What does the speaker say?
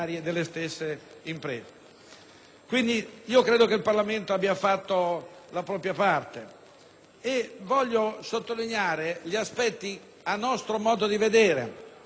Quindi, credo che il Parlamento abbia fatto la propria parte. Voglio ora sottolineare gli aspetti che, a nostro modo di vedere, nel passaggio alla Camera